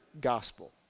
gospel